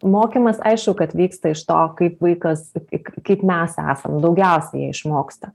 mokymas aišku kad vyksta iš to kaip vaikas tik kaip mes esam daugiausiai jie išmoksta